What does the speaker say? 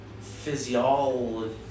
physiology